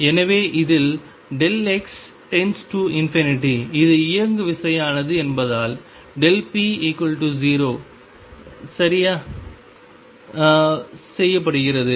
எனவே இதில்x→∞ இது இயங்கு விசையானது என்பதால்p0சரி செய்யப்படுகிறது